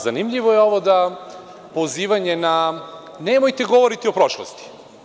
Zanimljivo je ovo da pozivanje na – nemojte govoriti o prošlosti.